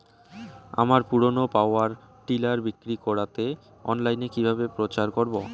আমার পুরনো power tiller বিক্রি করাতে অনলাইনে কিভাবে প্রচার করব?